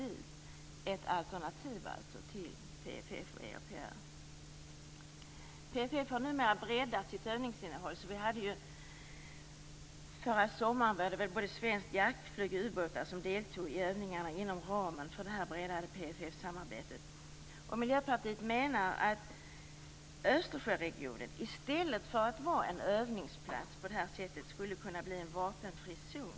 Det är alltså ett alternativ till PFF och PFF har numera breddat sitt övningsinnehåll. Förra sommaren deltog både svenskt jaktflyg och svenska ubåtar i övningarna inom ramen för det breddade PFF-samarbetet. Miljöpartiet menar att Östersjöregionen, i stället för att vara en övningsplats på det här sättet, skulle kunna bli en vapenfri zon.